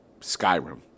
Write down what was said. Skyrim